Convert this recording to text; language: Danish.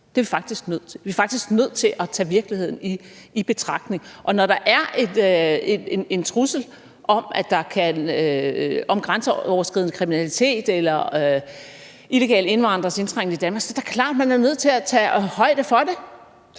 Det er vi faktisk nødt til. Vi er faktisk nødt til at tage virkeligheden i betragtning. Og når der er en trussel om grænseoverskridende kriminalitet eller illegale indvandreres indtrængen i Danmark, er det da klart, at man er nødt til at tage højde for det.